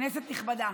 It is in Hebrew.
כנסת נכבדה,